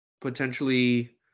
Potentially